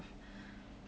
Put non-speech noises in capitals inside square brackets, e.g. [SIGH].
[BREATH]